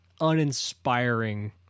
uninspiring